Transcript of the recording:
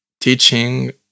teaching